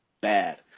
bad